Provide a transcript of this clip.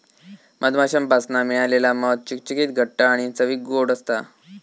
मधमाश्यांपासना मिळालेला मध चिकचिकीत घट्ट आणि चवीक ओड असता